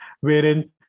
wherein